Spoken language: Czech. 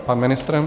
Pan ministr?